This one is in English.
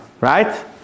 right